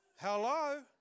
hello